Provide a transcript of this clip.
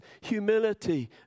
humility